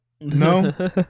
No